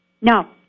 No